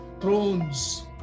thrones